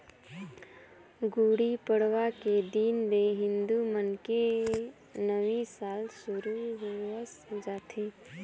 गुड़ी पड़वा के दिन ले हिंदू मन के नवी साल सुरू होवस जाथे